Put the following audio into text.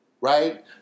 Right